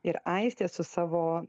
ir aistė su savo